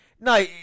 no